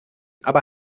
aber